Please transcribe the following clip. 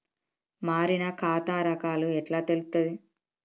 మారిన ఖాతా రకాలు ఎట్లా తెలుత్తది?